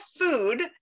food